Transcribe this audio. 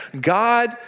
God